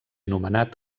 nomenat